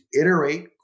iterate